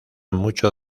mucho